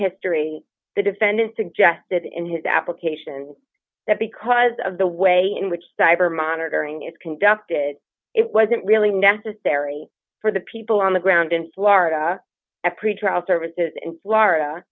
history the defendant suggested in his application that because of the way in which diver monitoring is conducted it wasn't really necessary for the people on the ground in florida at pretrial services in florida